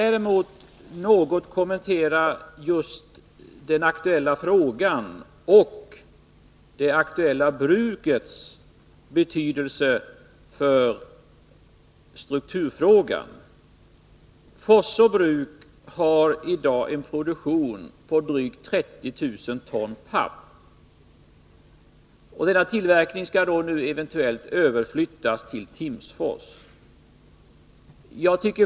Låt mig något kommentera den aktuella frågans och det aktuella brukets betydelse för strukturen. Forsså Bruk har i dag en produktion på drygt 30 000 ton papper. Denna tillverkning skall nu eventuellt överflyttas till Timsfors.